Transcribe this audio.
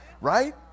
Right